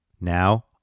Now